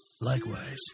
Likewise